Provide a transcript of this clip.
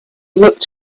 looked